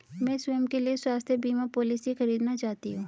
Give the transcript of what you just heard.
मैं स्वयं के लिए स्वास्थ्य बीमा पॉलिसी खरीदना चाहती हूं